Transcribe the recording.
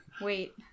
wait